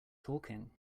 talking